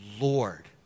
Lord